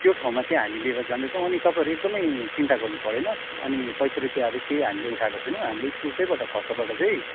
त्यो ठाउँमा चाहिँ हामी लिएर जाँदैछौँ अनि तपाईँहरू एकदमै चिन्ता गर्नु परेन अनि पैसा रुपियाँहरू केही हामीले उठाएको छैनौँ हाम्रो स्कुलकैबाट खर्चबाट चाहिँ